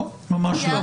ממש לא.